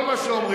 כל מה שאומרים,